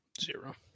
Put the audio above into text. zero